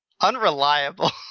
Unreliable